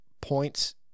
points